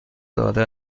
داده